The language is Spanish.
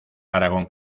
aragón